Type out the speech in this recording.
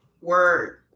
word